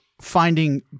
finding